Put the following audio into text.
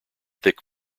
thick